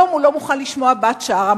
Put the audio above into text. היום הוא לא מוכן לשמוע בת שרה,